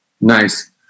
Nice